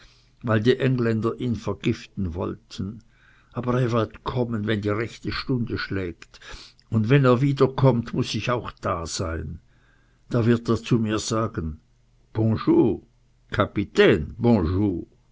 weil die engländer ihn vergiften wollten aber er wird kommen wenn die rechte stunde schlägt und wenn er wieder kommt muß ich auch da sein da wird er zu mir sagen bonjour kapitän